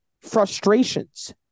frustrations